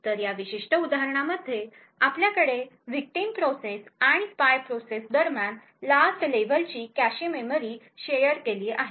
तर या विशिष्ट उदाहरणामध्ये आपल्याकडे विक्टिम प्रोसेस आणि स्पायदरम्यान लास्ट लेव्हलची कॅशे मेमरी शेयर केली आहे